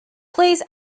please